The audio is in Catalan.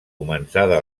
començada